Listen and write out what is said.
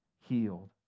healed